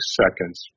seconds